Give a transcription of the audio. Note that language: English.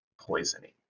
poisoning